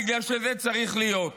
בגלל שזה צריך להיות.